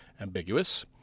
ambiguous